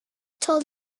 told